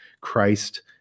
Christ